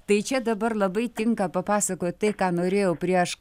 tai čia dabar labai tinka papasakot tai ką norėjau prieš